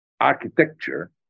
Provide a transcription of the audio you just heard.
architecture